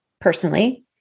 personally